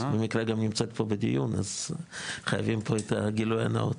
במקרה גם נמצאת פה בדיון אז חייבים פה את הגילוי הנאות.